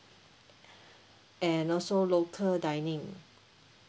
and also local dining